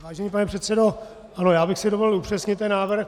Vážený pane předsedo, já bych si dovolil upřesnit ten návrh.